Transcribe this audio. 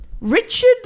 Richard